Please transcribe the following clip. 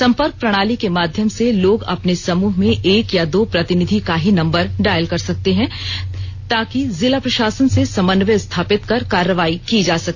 संपर्क प्रणाली के माध्यम से लोग अपने समूह में एक या दो प्रतिनिधि का ही नंबर डायल सकते हैं ताकि जिला प्रशासन से समन्वय स्थापित कर कार्रवाई की जा सके